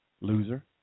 loser